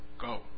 go